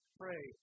pray